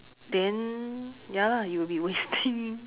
then ya lah you'll be wasting